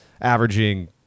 averaging